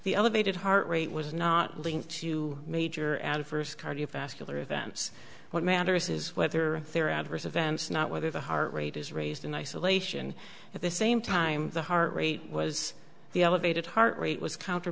the elevated heart rate was not linked to major adverse cardiovascular events what matters is whether there adverse events not whether the heart rate is raised in isolation at the same time the heart rate was the elevated heart rate was counter